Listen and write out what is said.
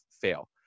fail